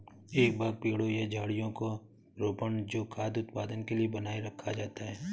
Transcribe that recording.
एक बाग पेड़ों या झाड़ियों का रोपण है जो खाद्य उत्पादन के लिए बनाए रखा जाता है